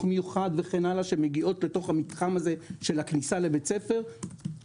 מיוחד שמגיעות לתוך המתחם הזה של הכניסה לבית הספר וכן הלאה,